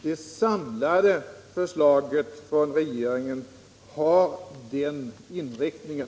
Det samlade förslaget från regeringen har den inriktningen.